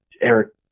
Eric